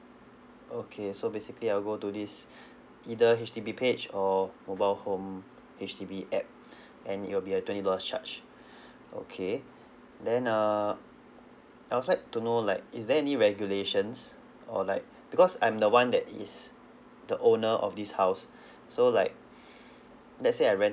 okay so basically I will go to this either H_D_B page or mobile home H_D_B app and it will be a twenty dollars charge okay then err I also like to know like is there any regulations or like because I'm the one that is the owner of this house so like let's say I rent